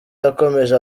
yakomeje